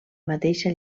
mateixa